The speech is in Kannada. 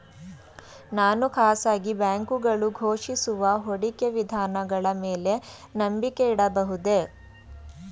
ನಾನು ಖಾಸಗಿ ಬ್ಯಾಂಕುಗಳು ಘೋಷಿಸುವ ಹೂಡಿಕೆ ವಿಧಾನಗಳ ಮೇಲೆ ನಂಬಿಕೆ ಇಡಬಹುದೇ?